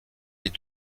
les